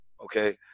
okay